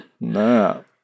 No